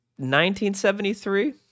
1973